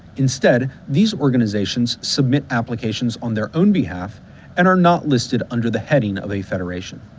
instead, these organizations submit applications on their own behalf and are not listed under the heading of a federation.